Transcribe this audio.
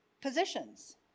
positions